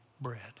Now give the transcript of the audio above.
bread